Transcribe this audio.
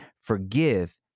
Forgive